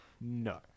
No